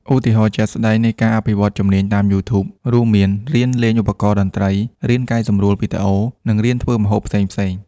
ឧទាហរណ៍ជាក់ស្ដែងនៃការអភិវឌ្ឍជំនាញតាមរយៈ YouTube រួមមានរៀនលេងឧបករណ៍តន្ត្រី រៀនកែសម្រួលវីដេអូ និងរៀនធ្វើម្ហូបផ្សេងៗ។